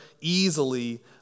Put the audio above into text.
easily